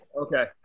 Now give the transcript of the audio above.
Okay